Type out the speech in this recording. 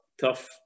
tough